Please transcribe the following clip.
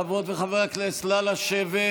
חברות וחברי הכנסת, נא לשבת.